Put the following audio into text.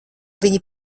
viņi